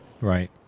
Right